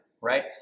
right